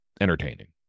entertaining